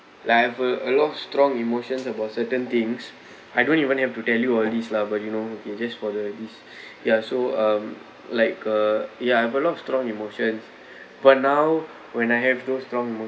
like have a a lot of strong emotions about certain things I don't even have to tell you all these lah but you know it just for the ya so um like uh ya have a lot of strong emotions but now when I have those strong